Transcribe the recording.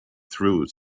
through